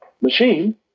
Machine